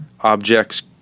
objects